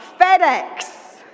FedEx